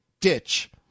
ditch